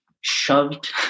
shoved